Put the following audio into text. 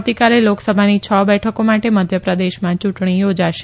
આવતીકાલે લોકસભાની છ બેઠકો માટે મધ્યપ્રદેશમાં યૂંટણી યોજાશે